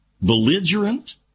belligerent